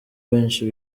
benshi